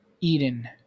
Eden